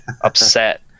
upset